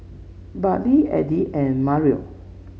Burley Eddie and Mariel